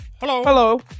Hello